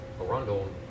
Arundel